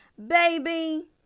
baby